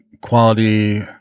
quality